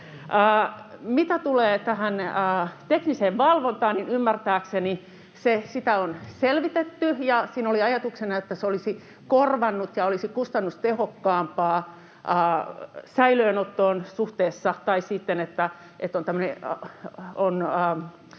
Mitä tulee tähän tekniseen valvontaan, niin ymmärtääkseni sitä on selvitetty. Siinä oli ajatuksena, että se olisi korvannut säilöönoton ja olisi kustannustehokkaampaa suhteessa siihen tai siihen, että